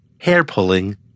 hair-pulling